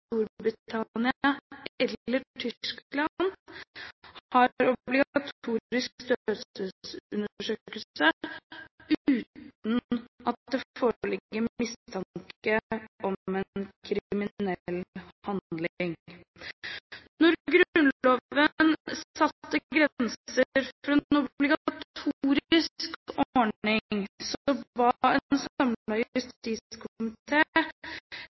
Storbritannia eller Tyskland har obligatorisk dødsstedsundersøkelse uten at det foreligger mistanke om en kriminell handling. Når Grunnloven satte grenser for en obligatorisk ordning, ba en samlet justiskomité regjeringen om